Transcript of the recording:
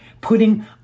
putting